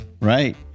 Right